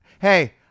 Hey